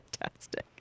fantastic